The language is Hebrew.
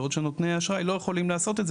בעוד שנותני האשראי לא יכולים לעשות את זה